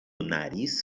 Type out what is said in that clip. nariz